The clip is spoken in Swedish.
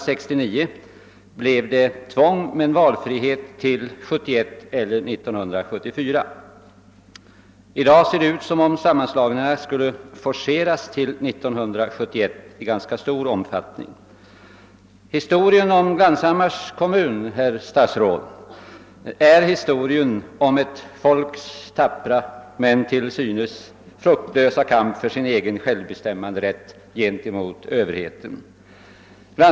År 1969 beslutades om tvångsmässig anslutning men med valfrihet att få denna genomförd 1971 eller 1974. I dag verkar det som om sammanslagningarna i ganska stor omfattning skulle forceras till 1971. Historien om Glanshammars kommun i detta sammanhang är historien om en ortsbefolknings tappra men till synes fruktlösa kamp för sin självbestämmanderätt mot överheten.